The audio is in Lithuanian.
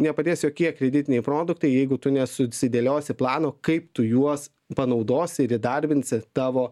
nepadės jokie kreditiniai produktai jeigu tu nesusidėliosi plano kaip tu juos panaudosi ir įdarbinsi tavo